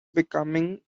becoming